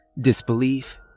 disbelief